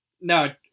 No